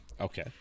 Okay